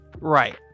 Right